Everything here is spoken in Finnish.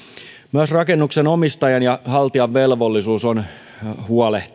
myös rakennuksen omistajan ja haltijan velvollisuus huolehtia nuohouksesta säilyy entisenlaisena